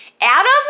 Adam